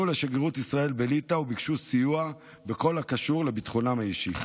לשגרירות ישראל בליטא וביקשו סיוע בכל הקשור לביטחונם האישי.